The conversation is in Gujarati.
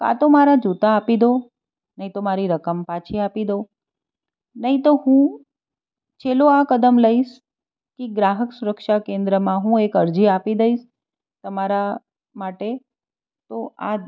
કાં તો મારા જૂતા આપી દો નહીં તો મારી રકમ પાછી આપી દો નહીં તો હવે હું છેલ્લો આ કદમ લઈશ કે ગ્રાહક સુરક્ષા કેન્દ્રમાં હું એક અરજી આપી દઈશ તમારા માટે તો આ